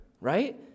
right